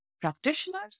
practitioners